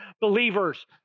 believers